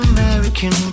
American